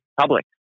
public